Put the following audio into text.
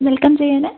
welcome ചെയ്യാൻ